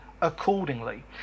accordingly